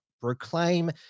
proclaim